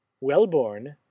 Well-born